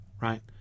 right